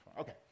Okay